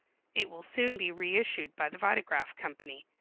it will soon be reissued by the vitagraph company.